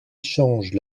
changent